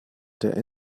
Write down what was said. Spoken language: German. der